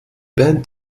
band